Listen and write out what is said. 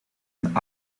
een